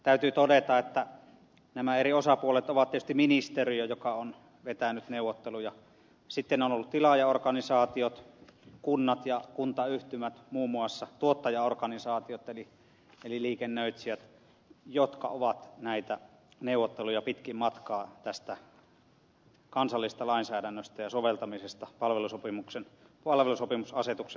täytyy todeta että nämä eri osapuolet ovat tietysti ministeriö joka on vetänyt neuvotteluja sitten on ollut tilaajaorganisaatiot kunnat ja kuntayhtymät muun muassa tuottajaorganisaatiot eli liikennöitsijät jotka ovat näitä neuvotteluja pitkin matkaa tästä kansallisesta lainsäädännöstä ja soveltamisesta palvelusopimusasetuksen osalta käyneet